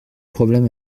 problème